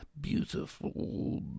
beautiful